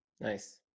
Nice